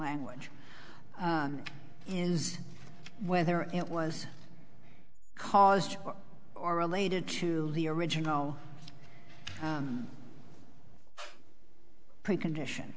language is whether it was caused or related to the original pre condition